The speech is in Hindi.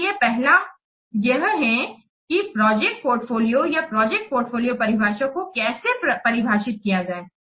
इसलिए पहला यह है कि प्रोजेक्ट पोर्टफोलियो या प्रोजेक्ट पोर्टफोलियो परिभाषा को कैसे परिभाषित किया जाए